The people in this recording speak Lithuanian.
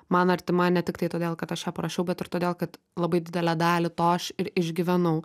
man artima ne tiktai todėl kad aš ją parašiau bet ir todėl kad labai didelę dalį to aš ir išgyvenau